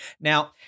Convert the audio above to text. now